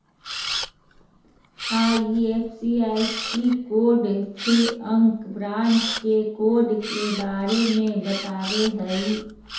IFSC code छह अंक branch के कोड के बारे में बतावो हइ